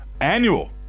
Annual